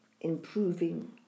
improving